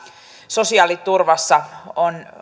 sosiaaliturvassa on